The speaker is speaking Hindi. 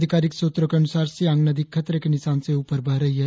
अधिकारिक सूत्रों के अनुसार सियांग नदी खतरे के निशान से उपर बह रही है